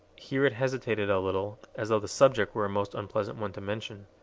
here it hesitated a little, as though the subject were a most unpleasant one to mention.